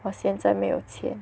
我现在没有钱